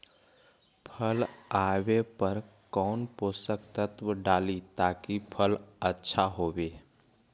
फल आबे पर कौन पोषक तत्ब डाली ताकि फल आछा होबे?